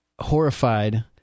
horrified